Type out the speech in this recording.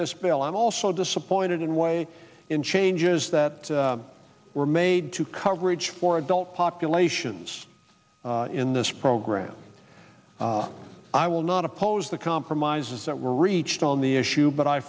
this bill i'm also disappointed in way in changes that were made to coverage for adult populations in this program i will not oppose the compromises that were reached on the issue but i